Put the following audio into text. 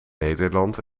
nederland